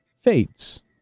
fades